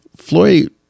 Floyd